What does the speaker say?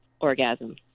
orgasm